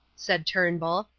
said turnbull,